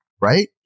right